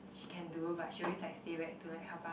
she can do but she always like stay back to like help us